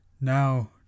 Now